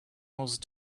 most